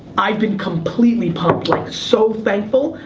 i've been completely pumped, like, so thankful,